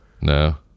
No